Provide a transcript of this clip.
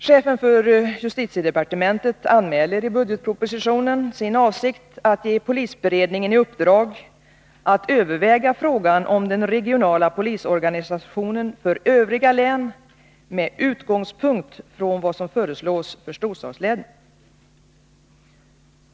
Chefen för justitiedepartementet anmäler i budgetpropositionen sin avsikt att ge polisberedningen i uppdrag att överväga frågan om den regionala polisorganisationen för övriga län med utgångspunkt i vad som föreslås för storstadslänen.